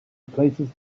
places